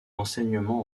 enseignement